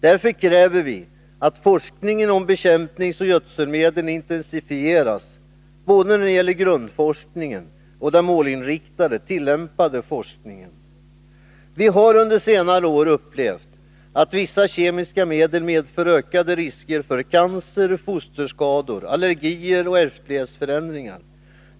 Därför kräver vi att forskningen om bekämpningsoch gödselmedlen intensifieras, både grundforskningen och den målinriktade, tillämpade forskningen. Vi har under senare år upplevt att vissa kemiska medel medför ökade risker för cancer, fosterskador, allergier och ärftlighetsförändringar.